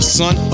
son